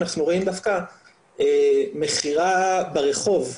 אנחנו רואים דווקא מכירה ברחוב,